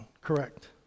correct